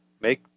Make